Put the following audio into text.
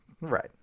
Right